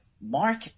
Mark